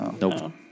Nope